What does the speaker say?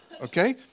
okay